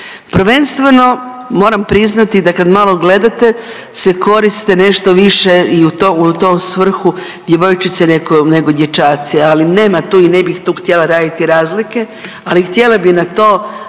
Prvenstveno moram priznati da kad malo gledate se koriste nešto više i u tu, u tu svrhu djevojčice nego, nego dječaci, ali nema tu i ne bih tu htjela raditi razlike, ali htjela bi na to nama